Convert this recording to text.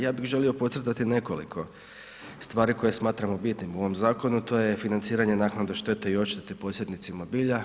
Ja bih želio podcrtati nekoliko stvari koje smatramo bitnim u ovom zakonu, to je financiranje naknade štete i odštete posjednicima bilja.